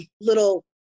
little